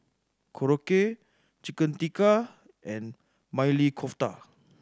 Korokke Chicken Tikka and Maili Kofta